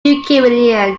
ukrainian